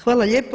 Hvala lijepo.